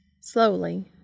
Slowly